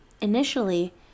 initially